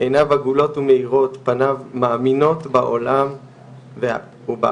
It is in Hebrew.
עיניו עגולות ומאירות, פניו מאמינות בעולם ובעם